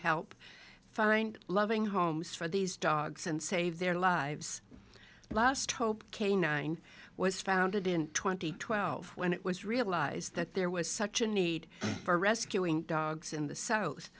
help find loving homes for these dogs and save their lives last hope k nine was founded in twenty twelve when it was realized that there was such a need for rescuing dogs in the south